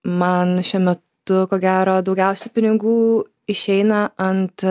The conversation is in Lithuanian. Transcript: man šiuo metu ko gero daugiausia pinigų išeina ant